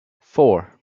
four